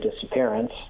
disappearance